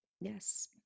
yes